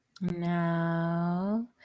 Now